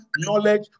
knowledge